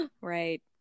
right